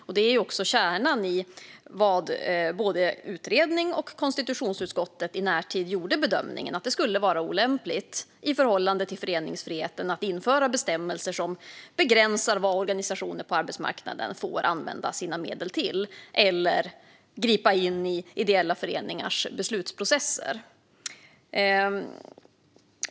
Kärnan i den bedömning som både utredningen och konstitutionsutskottet gjort i närtid var att det skulle vara olämpligt i förhållande till föreningsfriheten att införa bestämmelser som begränsar vad organisationer på arbetsmarknaden får använda sina medel till eller gripa in i ideella föreningars beslutsprocesser.